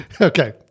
Okay